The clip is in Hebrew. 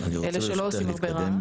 אלה שלא עושים הרבה רעש.